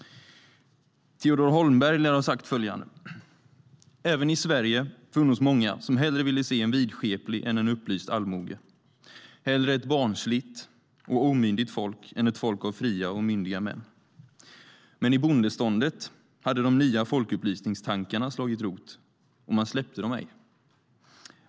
Teodor Holmberg lär ha sagt följande: "Även i Sverige funnos många, som hellre ville se en vidskeplig än en upplyst allmoge, hellre ett barnsligt och omyndigt folk än ett folk av fria och myndiga män. Men i bondeståndet hade de nya folkupplysningstankarna slagit rot, och man släppte dem ej.